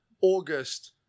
August